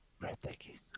Breathtaking